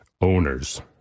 owners